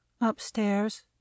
Upstairs